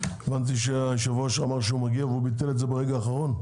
הבנתי שהיושב ראש אמר שהוא מגיע והוא ביטל את זה ברגע האחרון?